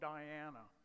Diana